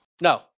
No